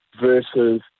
versus